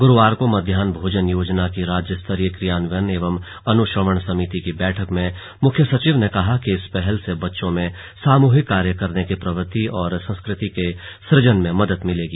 गुरुवार को मध्याह भोजन योजना की राज्य स्तरीय क्रियान्वयन एवं अनुश्रवण समिति की बैठक में मुख्य सचिव ने कहा कि इस पहल से बच्चों में सामूहिक कार्य करने की प्रवृति और संस्कृति के सुजन में मेदद मिलेगी